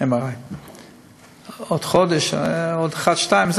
מכשירי MRI. בעוד חודש זה עוד אחד או שניים.